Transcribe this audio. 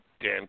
dan